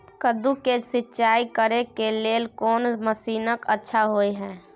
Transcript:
कद्दू के सिंचाई करे के लेल कोन मसीन अच्छा होय है?